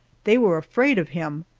they were afraid of him,